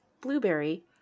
blueberry